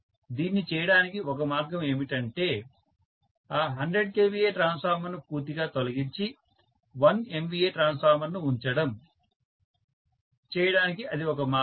దీన్ని చేయటానికి ఒక మార్గం ఏమిటంటే ఆ 100 kVA ట్రాన్స్ఫార్మర్ను పూర్తిగా తొలగించి 1 MVA ట్రాన్స్ఫార్మర్ను ఉంచడం చేయడానికి అది ఒక మార్గం